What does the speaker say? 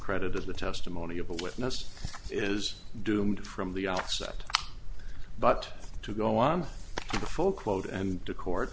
credit as the testimony of a witness is doomed from the outset but to go on the full quote and the court